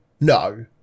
No